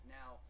now